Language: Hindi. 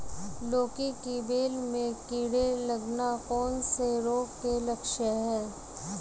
लौकी की बेल में कीड़े लगना कौन से रोग के लक्षण हैं?